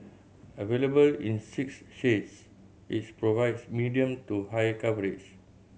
available in six shades its provides medium to high coverage